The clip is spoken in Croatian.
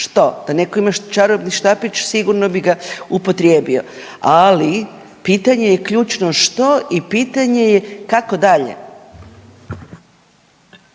Što? Da netko ima čarobni štapić sigurno bi ga upotrijebio, ali pitanje je ključno što i pitanje je kako dalje?